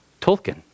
Tolkien